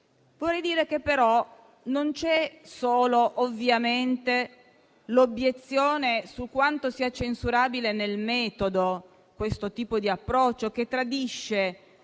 vorrei dire che non c'è solo l'obiezione su quanto sia censurabile nel metodo questo tipo di approccio, che tradisce